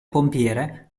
pompiere